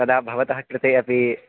तदा भवतः कृते अपि